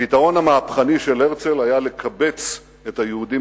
הפתרון המהפכני של הרצל היה לקבץ את היהודים